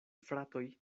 fratoj